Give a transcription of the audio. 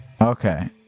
Okay